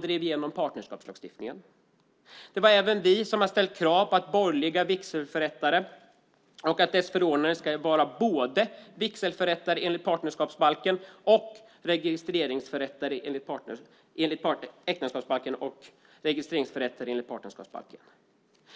drev igenom partnerskapslagstiftningen. Det är också vi som har ställt krav på att borgerliga vigselförrättare ska vara både vigselförrättare enligt äktenskapsbalken och registreringsförrättare enligt partnerskapsbalken.